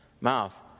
mouth